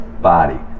body